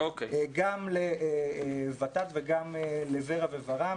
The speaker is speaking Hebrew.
גם לות"ת וגם לור"ה וור"מ,